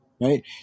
Right